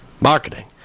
marketing